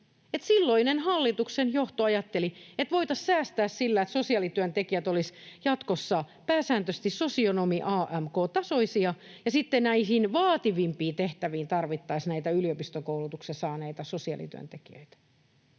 silloinen hallituksen johto ajatteli, että voitaisiin säästää sillä, että sosiaalityöntekijät olisivat jatkossa pääsääntöisesti sosionomi (AMK) -tasoisia ja sitten näihin vaativimpiin tehtäviin tarvittaisiin näitä yliopistokoulutuksen saaneita sosiaalityöntekijöitä.